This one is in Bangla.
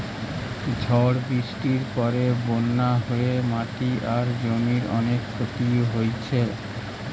ঝড় বৃষ্টির পরে বন্যা হয়ে মাটি আর জমির অনেক ক্ষতি হইছে